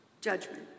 judgment